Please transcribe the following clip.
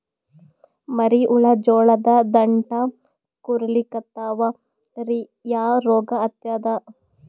ಮರಿ ಹುಳ ಜೋಳದ ದಂಟ ಕೊರಿಲಿಕತ್ತಾವ ರೀ ಯಾ ರೋಗ ಹತ್ಯಾದ?